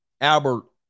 Albert